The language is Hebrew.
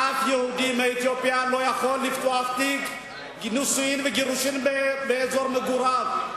אף יהודי מאתיופיה לא יכול לפתוח תיק נישואים וגירושים באזור מגוריו,